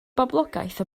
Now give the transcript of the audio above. boblogaeth